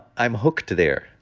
i'm hooked there.